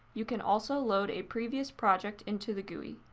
you can also load a previous project into the gui.